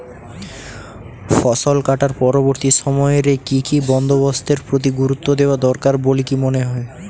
ফসলকাটার পরবর্তী সময় রে কি কি বন্দোবস্তের প্রতি গুরুত্ব দেওয়া দরকার বলিকি মনে হয়?